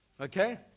okay